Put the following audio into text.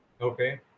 Okay